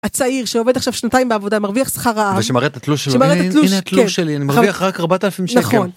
הצעיר שעובד עכשיו שנתיים בעבודה מרוויח שכר רעב ושמראה את התלוש שמראה את התלוש, כן. הנה התלוש שלי. אני מרוויח רק ארבעת אלפים שקל. נכון.